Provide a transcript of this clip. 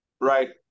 Right